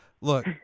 Look